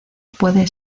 puede